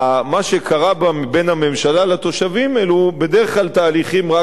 מה שקרה בה בין הממשלה לתושבים אלו בדרך כלל תהליכים רק